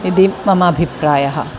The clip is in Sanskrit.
इति मम अभिप्रायः